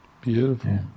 Beautiful